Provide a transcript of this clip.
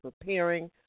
preparing